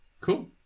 Cool